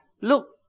look